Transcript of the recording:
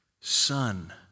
Son